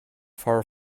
far